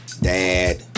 Dad